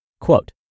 Quote